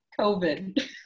COVID